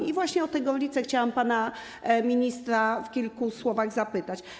I właśnie o te Gorlice chciałam pana ministra w kilku słowach zapytać.